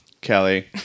Kelly